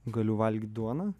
galiu valgyt duoną